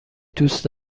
دوست